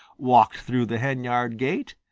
walked through the henyard gate,